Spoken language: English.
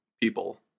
people